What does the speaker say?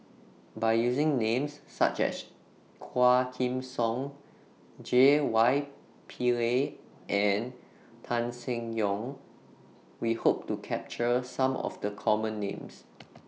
By using Names such as Quah Kim Song J Y Pillay and Tan Seng Yong We Hope to capture Some of The Common Names